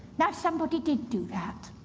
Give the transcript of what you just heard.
now somebody did do that.